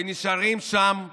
ונשארים שם לנצח.